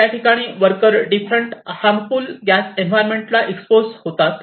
त्या ठिकाणी worker different harmful gas environment ला एक्सपोज होतात